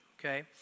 okay